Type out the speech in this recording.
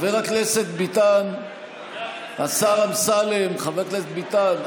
חבר הכנסת ביטן, השר אמסלם, חבר הכנסת ביטן.